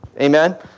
Amen